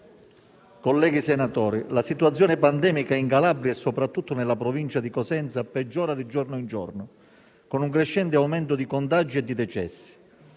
colleghi senatori, la situazione pandemica in Calabria, soprattutto nella provincia di Cosenza, peggiora di giorno in giorno, con un crescente aumento di contagi e di decessi: